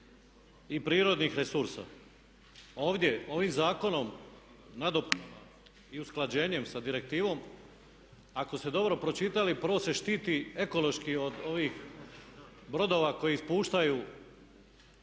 i prirodnih resursa ovdje ovim zakonom, nadopunom i usklađenjem sa direktivom, ako ste dobro pročitali, prvo se štiti ekološki od ovih brodova koji ispuštaju